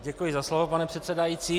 Děkuji za slovo, pane předsedající.